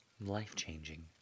Life-changing